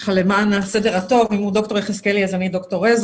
למען הסדר הטוב, אני רוצה להתייחס